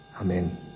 Amen